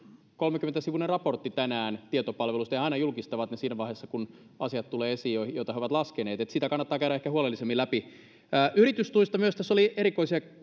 kolmekymmentä sivuinen raportti tänään tietopalvelusta he aina julkistavat ne siinä vaiheessa kun ne asiat tulevat esiin joita he ovat laskeneet sitä kannattaa käydä ehkä huolellisemmin läpi yritystuista myös tässä oli erikoisia